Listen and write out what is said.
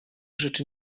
rzeczy